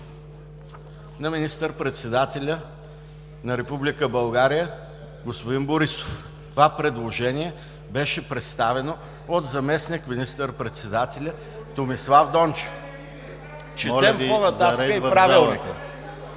на министър-председателя на Република България господин Борисов. Това предложение беше представено от заместник министър-председателя Томислав Дончев (викове и реплики